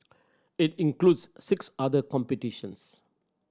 it includes six other competitions